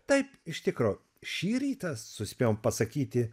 taip iš tikro šį rytą suspėjom pasakyti